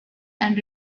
and